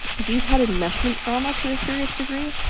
if you've had imeshment trauma to a serious degree,